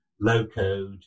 low-code